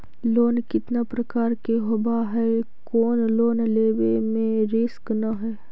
Loan कितना प्रकार के होबा है कोन लोन लेब में रिस्क न है?